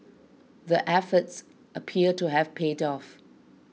the efforts appear to have paid off